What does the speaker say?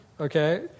Okay